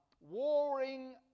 warring